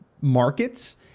markets